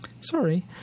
Sorry